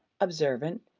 observant,